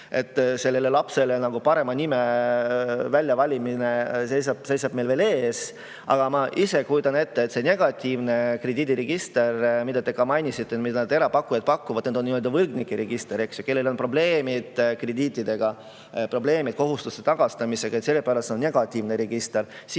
et sellele lapsele parema nime väljavalimine seisab meil veel ees. Aga ma ise kujutan ette, et see negatiivne krediidiregister, mida te ka mainisite, mida erapakkujad pakuvad, on register võlgnikest, kellel on probleeme krediitidega, probleeme kohustuste [täitmisega]. Selle pärast on see negatiivne register.